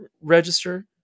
register